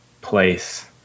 place